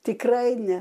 tikrai ne